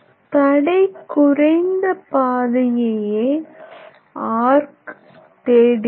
தடை குறைந்த பாதையையே ஆர்க் தேடுகிறது